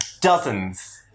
Dozens